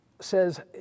says